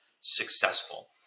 successful